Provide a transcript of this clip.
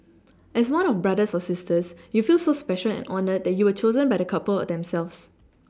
as one of Brothers or Sisters you feel so special and honoured that you were chosen by the couple themselves